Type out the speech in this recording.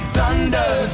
Thunder